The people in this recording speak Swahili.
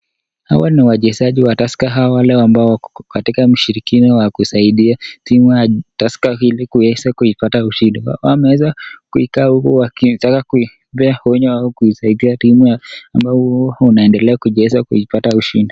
Hawa ni wachezaji wa Tusker au wale ambao wako katika mshirikina wa kusaidia timu ya Tusker ili kuweza kuipata ushindi. Wameweza kukaa huku wakitaka kuipea onyo au kutaka kuisaidia yao ambayo inaendelea kucheza kuipata ushindi.